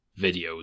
videos